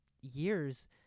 years